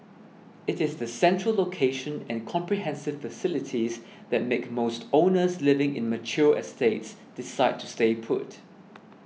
it is the central location and comprehensive facilities that make most owners living in mature estates decide to stay put